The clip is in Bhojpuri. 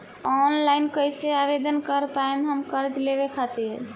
ऑनलाइन कइसे आवेदन कर पाएम हम कर्जा लेवे खातिर?